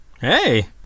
Hey